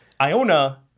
Iona